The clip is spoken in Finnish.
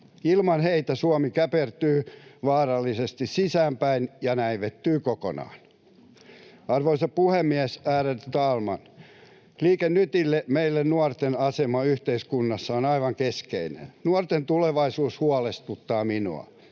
Ilman heitä Suomi käpertyy vaarallisesti sisäänpäin ja näivettyy kokonaan. Arvoisa puhemies, ärade talman! Liike Nytille, meille, nuorten asema yhteiskunnassa on aivan keskeinen. Nuorten tulevaisuus huolestuttaa minua.